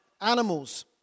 Animals